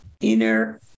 inner